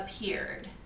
appeared